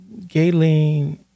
Gaylene